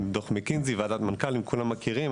דוח מקינזי ועדת מנכ"לים כולם מכירים,